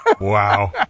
wow